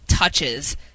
Touches